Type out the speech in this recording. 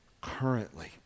currently